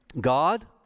God